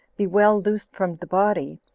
be well loosed from the body,